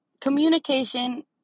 Communication